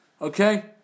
Okay